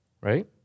Right